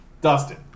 Dustin